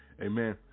Amen